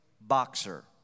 boxer